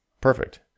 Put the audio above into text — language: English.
Perfect